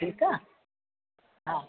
ठीकु आहे हा